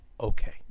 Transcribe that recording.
okay